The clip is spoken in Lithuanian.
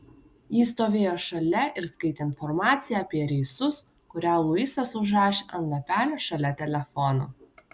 ji stovėjo šalia ir skaitė informaciją apie reisus kurią luisas užrašė ant lapelio šalia telefono